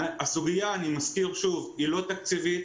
הסוגיה היא לא תקציבית.